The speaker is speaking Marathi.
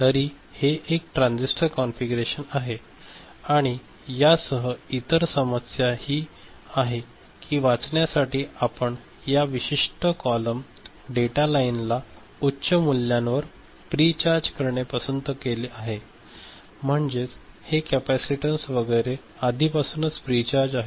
तर हे एक ट्रांझिस्टर कॉन्फिगरेशन आहे आणि यासह इतर समस्या ही आहे की वाचण्यासाठी आपण या विशिष्ट कॉलम डेटा लाइनला उच्च मूल्यावर प्री चार्ज करणे पसंत केले आहे म्हणजेच हे कॅपेसिटन्स वगैरे आधीपासूनच प्री चार्ज आहे